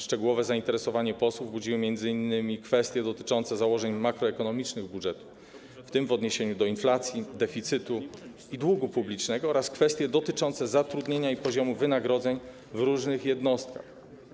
Szczególne zainteresowanie posłów budziły m.in. kwestie dotyczące założeń makroekonomicznych budżetu, w tym w odniesieniu do inflacji, deficytu i długu publicznego, oraz kwestie dotyczące zatrudnienia i poziomu wynagrodzeń w różnych jednostkach.